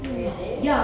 really